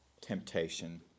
temptation